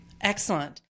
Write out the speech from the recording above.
Excellent